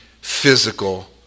physical